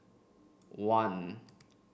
one